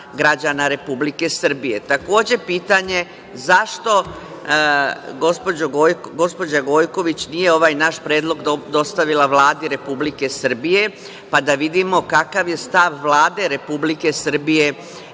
Srbije? Takođe pitanje, zašto Gospođa Gojković nije ovaj naš predlog dostavila Vladi Republike Srbije, pa da vidimo kakav je stav Vlade Republike Srbije